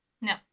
No